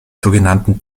sogenannten